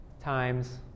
times